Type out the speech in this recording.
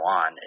on